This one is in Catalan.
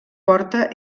porta